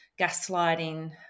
gaslighting